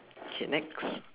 okay next